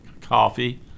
Coffee